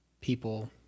people